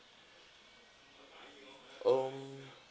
um